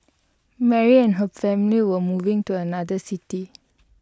Mary and her family were moving to another city